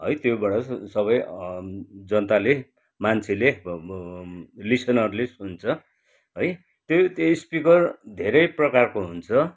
है त्योबाट सबै अँ जनताले मान्छेले लिसनरले सुन्छ है त्यही त्यो स्पिकर धेरै प्रकारको हुन्छ